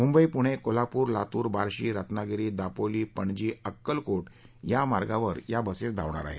मुंबई पुणे कोल्हापूर लातूर बार्शी रत्नागिरी दापोली पणजी अक्कलकोट या मार्गावर या बसेस धावणार आहेत